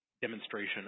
demonstration